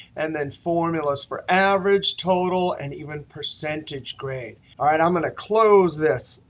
and then formulas for average, total, and even percentage grade. all right. i'm going to close this.